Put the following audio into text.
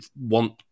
want